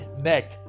neck